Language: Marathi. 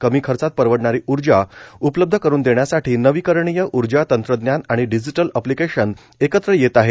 कमी खर्चात परवडणारी ऊर्जा उपलब्ध करून देण्यासाठी नविकरणीय ऊर्जा तंत्रज्ञान आणि डिजीटल एप्लीकेशन एकत्र येत आहेत